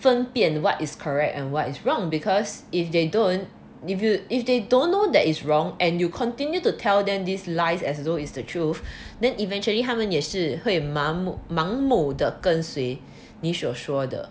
分辨 what is correct and what is wrong because if they don't give you if they don't know that is wrong and you continue to tell them these lies as though it's the truth then eventually 他们也是会麻木盲目地跟随你所说的